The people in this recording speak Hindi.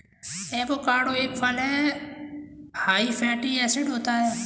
एवोकाडो एक फल हैं हाई फैटी एसिड होता है